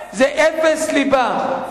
זה אפס ליבה.